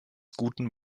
guten